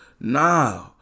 nah